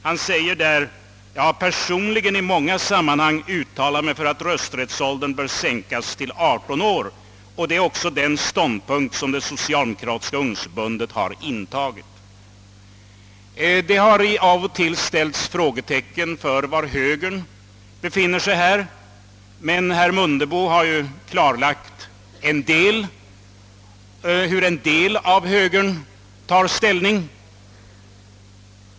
Han sade: »Jag har personligen i många sammanhang uttalat mig för att rösträttsåldern bör sänkas till 18 år, och det är också den ståndpunkt som det socialdemokratiska ungdomsförbundet har intagit.» Det har av och till satts frågetecken för var högern befinner sig i detta avseende, men herr Mundebo har klarlagt hur en del av den tar ställning.